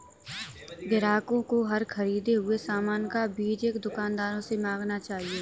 ग्राहकों को हर ख़रीदे हुए सामान का बीजक दुकानदार से मांगना चाहिए